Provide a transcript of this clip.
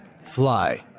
fly